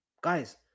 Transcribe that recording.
Guys